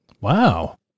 Wow